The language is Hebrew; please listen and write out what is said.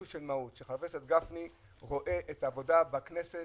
חבר הכנסת גפני רואה את העבודה בכנסת